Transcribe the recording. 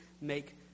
make